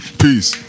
peace